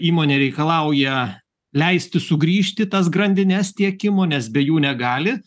įmonė reikalauja leisti sugrįžti tas grandines tiekimo nes be jų negali